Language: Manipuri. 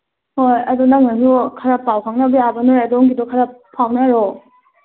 ꯍꯣꯏ ꯑꯗꯨ ꯅꯪꯅꯁꯨ ꯈꯔ ꯄꯥꯎ ꯐꯥꯎꯅꯕ ꯌꯥꯕ ꯅꯣꯏ ꯑꯗꯣꯝꯒꯤꯗꯣ ꯈꯔ ꯐꯥꯎꯅꯔꯣ